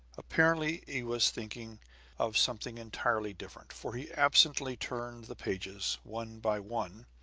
apparently he was thinking of something entirely different for he absently turned the pages, one by one,